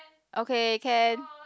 okay can